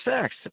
sex